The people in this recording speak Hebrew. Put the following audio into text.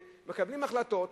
שמקבלים החלטות,